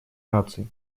наций